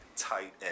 Tight